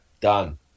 Done